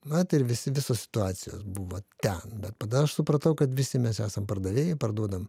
na tai ir visi visos situacijos buvo ten bet tada aš supratau kad visi mes esam pardavėjai parduodam